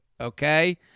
Okay